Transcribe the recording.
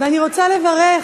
אני רוצה לברך